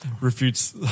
refutes